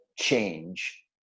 change